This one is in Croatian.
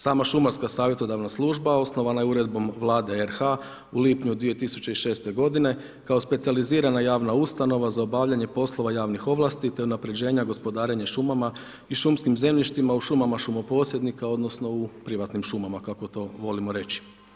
Sama šumarska savjetodavna služba osnovana je Uredbom Vlade RH u lipnju 2006. godine kao specijalizirana javna ustanova za obavljanje poslova javnih ovlasti, te unapređenja gospodarenje šumama i šumskim zemljištima u šumama šumoposjednika odnosno u privatnim šumama kako to volimo reći.